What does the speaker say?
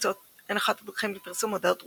הקבוצות הן אחת הדרכים לפרסום מודעות דרושים,